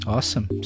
Awesome